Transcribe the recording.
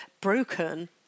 broken